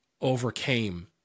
overcame